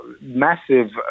massive